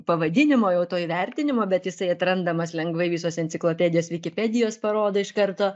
pavadinimo jau to įvertinimo bet jisai atrandamas lengvai visos enciklopedijos vikipedijos parodo iš karto